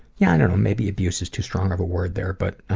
yeah and and um maybe abuse is too strong of a word there, but